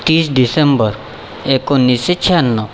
तीस डिसेंबर एकोणीसशे शहाण्णव